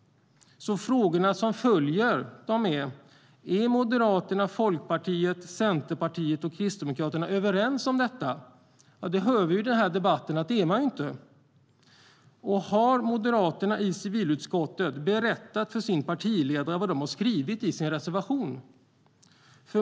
Frågorna som följer är: Är Moderaterna, Folkpartiet, Centerpartiet och Kristdemokraterna överens? Vi hör i debatten att de inte är det. Har Moderaterna i civilutskottet berättat för sin partiledare vad de har skrivit i sin reservation?